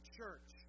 church